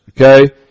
Okay